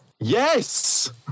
Yes